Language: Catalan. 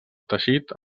teixit